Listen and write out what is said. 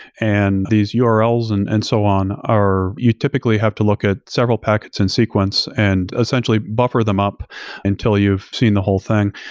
and these urls and and so on are you typically have to look at several packets in sequence and essentially buffer them up until you've seen the whole thing.